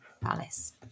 Palace